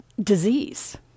disease